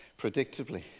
predictably